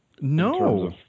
No